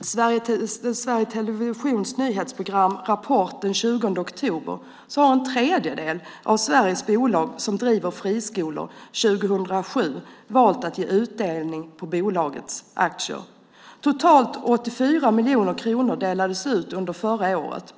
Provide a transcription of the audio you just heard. Sveriges Televisions nyhetsprogram Rapport den 20 oktober har en tredjedel av Sveriges bolag som drev friskolor 2007 valt att ge utdelning på bolagets aktier. Totalt 84 miljoner kronor delades ut under förra året.